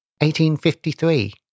1853